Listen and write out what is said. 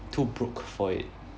too broke for it